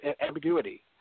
ambiguity